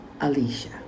Alicia